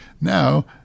Now